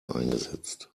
eingesetzt